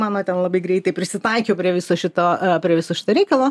mano ten labai greitai prisitaikiau prie viso šito per visą šitą reikalą